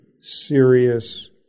serious